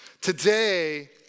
Today